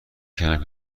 کردم